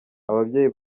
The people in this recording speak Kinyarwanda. ababyeyi